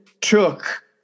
took